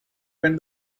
when